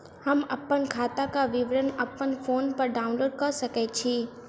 हम अप्पन खाताक विवरण अप्पन फोन पर डाउनलोड कऽ सकैत छी?